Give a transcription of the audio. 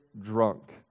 drunk